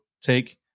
take